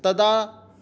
तदा